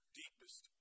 deepest